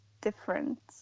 different